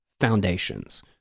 foundations